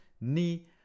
knee